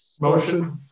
Motion